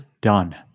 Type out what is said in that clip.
Done